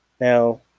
Now